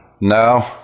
No